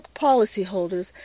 policyholders